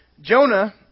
Jonah